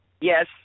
Yes